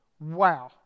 Wow